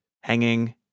hanging